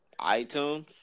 iTunes